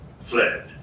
fled